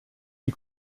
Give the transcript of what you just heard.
die